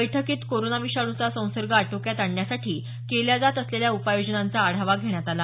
बैठकीत कोरोना विषाणूचा संसर्ग आटोक्यात आणण्यासाठी केल्या जात असलेल्या उपाय योजनांचा आढावा घेण्यात आला